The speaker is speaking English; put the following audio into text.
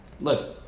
look